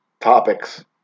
topics